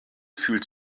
fühlt